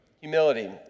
Humility